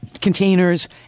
containers